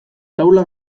taula